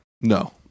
No